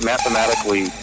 mathematically